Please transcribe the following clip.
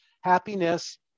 happiness